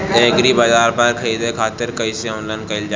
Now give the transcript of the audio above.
एग्रीबाजार पर खरीदे खातिर कइसे ऑनलाइन कइल जाए?